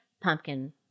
pumpkin